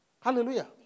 Hallelujah